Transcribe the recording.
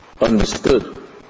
understood